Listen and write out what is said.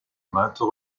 maintes